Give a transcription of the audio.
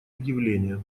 объявление